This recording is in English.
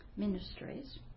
ministries